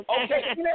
Okay